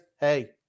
hey